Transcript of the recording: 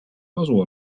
kasu